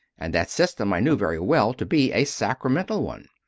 and that system i knew very well to be a sacramental one.